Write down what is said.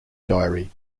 diary